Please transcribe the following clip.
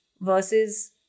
versus